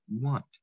want